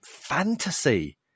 fantasy